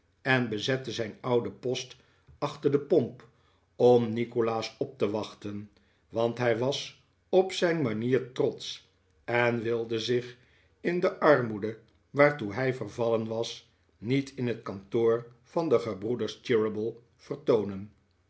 en bezette zijn ouden post achter de pomp om nikolaas op te wachten want hij was op zijn manier trotsch en wilde zich in de armoede waartoe hij vervallen was niet in het kantoor van de gebroeders cheeryble vertoonen